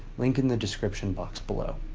link in the description box below.